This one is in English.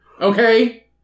Okay